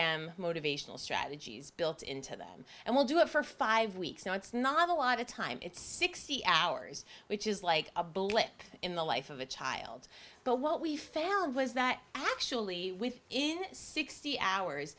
am motivational strategies built into them and will do it for five weeks now it's not a lot of time it's sixty hours which is like a blip in the life of a child but what we found was that actually with in sixty hours